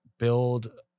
build